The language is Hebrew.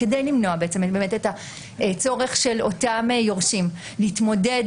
כדי למנוע את הצורך של אותם יורשים להתמודד